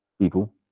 people